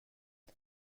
och